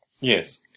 Yes